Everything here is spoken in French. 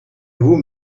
vous